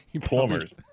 Plumber's